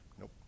Nope